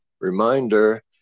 reminder